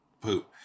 Poop